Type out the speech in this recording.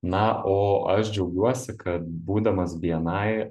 na o aš džiaugiuosi kad būdamas bni